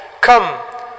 Come